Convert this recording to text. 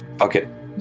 Okay